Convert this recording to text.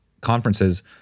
conferences